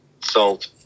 salt